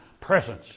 presence